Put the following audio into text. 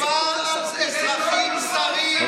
מדובר על אזרחים זרים.